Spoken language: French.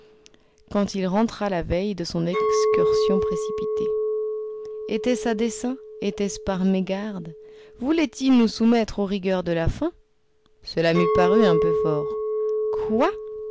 quand il rentra la veille après son excursion précipitée était-ce à dessein était-ce par mégarde voulait-il nous soumettre aux rigueurs de la faim cela m'eût paru un peu fort quoi